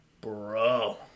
Bro